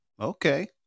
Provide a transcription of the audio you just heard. okay